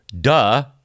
duh